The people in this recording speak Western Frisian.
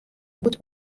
goed